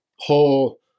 whole